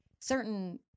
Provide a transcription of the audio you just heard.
certain